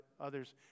others